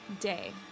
day